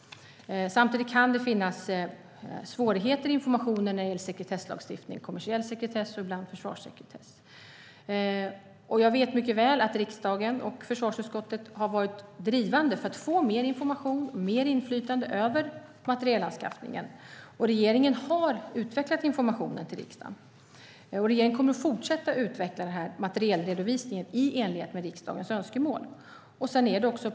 Samtidigt kan det finnas svårigheter med information när det gäller sekretesslagstiftningen. Det kan vara kommersiell sekretess och ibland försvarssekretess. Jag vet mycket väl att riksdagen och försvarsutskottet har varit drivande för att få mer information och mer inflytande över materielanskaffningen. Regeringen har utvecklat informationen till riksdagen och kommer att fortsätta utveckla materielredovisningen i enlighet med riksdagens önskemål.